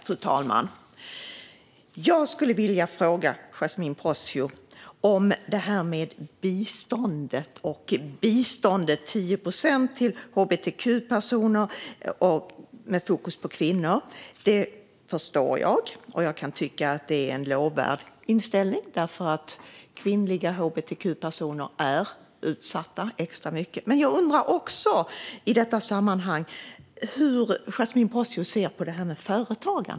Fru talman! Jag kan förstå att ni vill att 10 procent av biståndet ska gå till hbtq-personer, med fokus på kvinnor. Det är en lovvärd inställning eftersom kvinnliga hbtq-personer är extra utsatta. Jag undrar dock hur Yasmine Posio ser på företagande.